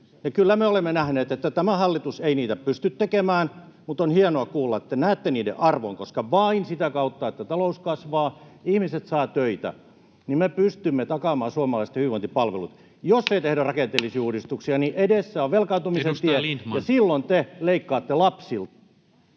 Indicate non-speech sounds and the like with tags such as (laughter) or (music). Kyllä me olemme nähneet, että tämä hallitus ei niitä pysty tekemään, mutta on hienoa kuulla, että te näette niiden arvon, koska vain sitä kautta, että talous kasvaa ja ihmiset saavat töitä, me pystymme takaamaan suomalaisten hyvinvointipalvelut. (noise) Jos ei tehdä rakenteellisia uudistuksia, edessä on velkaantumisen tie, ja silloin te leikkaatte lapsilta.